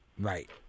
Right